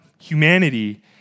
humanity